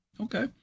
Okay